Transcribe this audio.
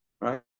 right